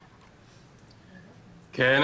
בבקשה.